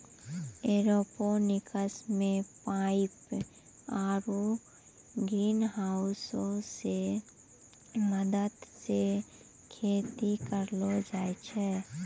aeroponics मे pipe आरु ग्रीनहाउसो के मदत से खेती करलो जाय छै